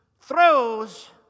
throws